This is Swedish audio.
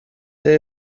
det